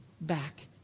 back